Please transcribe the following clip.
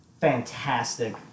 fantastic